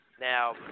Now